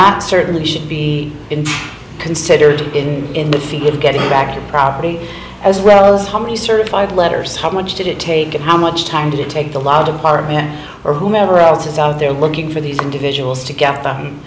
that certainly should be considered in in the feet of getting back to the property as well as how many certified letters how much did it take it how much time did it take the law department or whomever else is out there looking for these individuals to get them